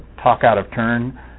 talk-out-of-turn